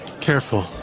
careful